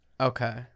Okay